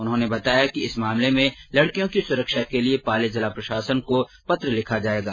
उन्होंने बताया कि इस मामले में लड़कियों की सुरक्षा के लिये पाली जिला प्रशासन को पत्र लिखा जायेगा